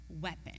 weapon